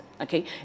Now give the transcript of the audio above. okay